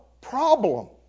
problem